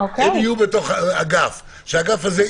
האגף הזה,